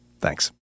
Thanks